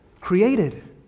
created